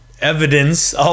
evidence